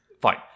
Fine